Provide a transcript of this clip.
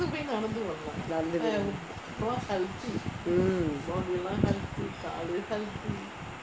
mm